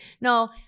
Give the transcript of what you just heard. No